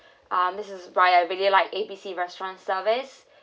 uh this is why I really like A B C restaurant service